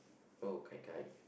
oh Kai-Kai